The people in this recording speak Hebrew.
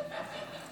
שלי.